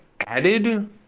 added